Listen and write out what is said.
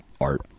art